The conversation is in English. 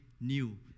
new